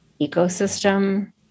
ecosystem